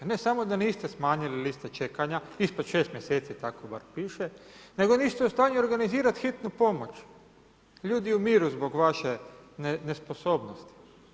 Ne samo da niste smanjili liste čekanja ispod 6 mjeseci, tako bar piše, nego niste u stanju organizirati hitnu pomoć, ljudi umiru zbog vaše nesposobnosti.